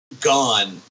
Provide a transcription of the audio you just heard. gone